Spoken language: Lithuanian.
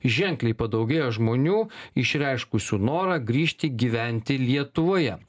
ženkliai padaugėjo žmonių išreiškusių norą grįžti gyventi lietuvoje